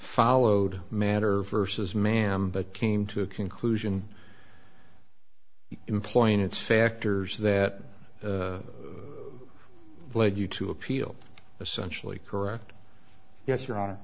followed matter versus ma'am but came to a conclusion employments factors that led you to appeal essential a correct yes